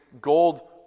gold